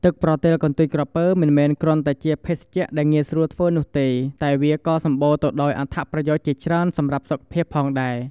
ទឹកប្រទាលកន្ទុយក្រពើ មិនមែនគ្រាន់តែជាភេសជ្ជៈដែលងាយស្រួលធ្វើនោះទេ តែវាក៏សម្បូរទៅដោយអត្ថប្រយោជន៍ជាច្រើនសម្រាប់សុខភាពផងដែរ។